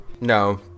No